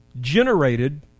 generated